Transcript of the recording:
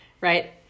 Right